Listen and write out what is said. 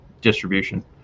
distribution